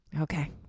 Okay